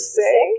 say